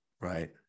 Right